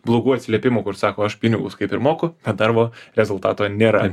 blogų atsiliepimų kur sako aš pinigus kaip ir moku bet darbo rezultato nėra